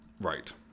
right